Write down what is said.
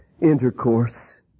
intercourse